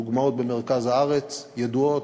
הדוגמאות במרכז הארץ ידועות,